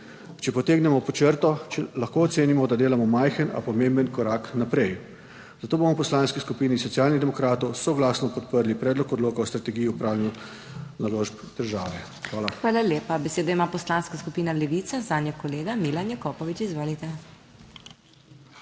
Če potegnemo pod črto, lahko ocenimo, da delamo majhen, a pomemben korak naprej. Zato bomo v Poslanski skupini Socialnih demokratov soglasno podprli predlog odloka o strategiji upravljanja naložb države. Hvala. PODPREDSEDNICA MAG. MEIRA HOT: Hvala lepa. Besedo ima Poslanska skupina Levica, zanjo kolega Milan Jakopovič, izvolite.